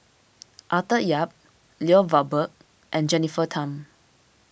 Arthur Yap Lloyd Valberg and Jennifer Tham